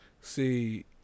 See